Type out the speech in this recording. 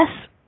Yes